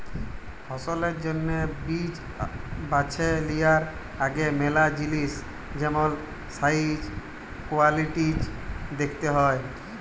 ফসলের জ্যনহে বীজ বাছে লিয়ার আগে ম্যালা জিলিস যেমল সাইজ, কোয়ালিটিজ দ্যাখতে হ্যয়